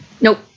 Nope